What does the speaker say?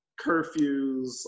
curfews